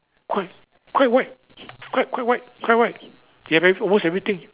quite quite wide quite quite wide quite wide they have almost everything